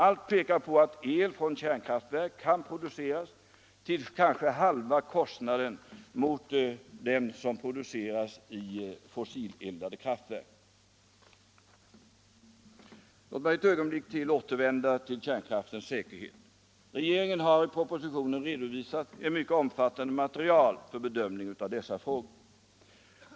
Allt pekar på att el från kärnkraftverk kan produceras till kanske halva kostnaden mot den el som produceras i fossileldade kraftverk. Låt mig ett ögonblick återvända till kärnkraftens säkerhet. Regeringen har i propositionen redovisat ett mycket omfattande material för bedömning av dessa frågor.